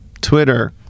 Twitter